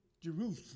Jerusalem